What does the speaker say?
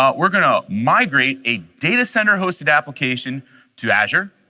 um we're going to migrate a data center hosted application to azure,